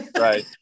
Right